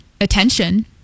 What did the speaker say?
attention